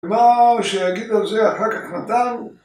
מה שיגיד על זה אחר כך נתן